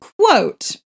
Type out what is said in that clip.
quote